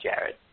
Jared